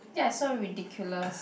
ya so ridiculous